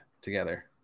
together